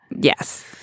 Yes